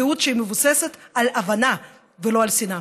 זהות שמבוססת על הבנה ולא על שנאה?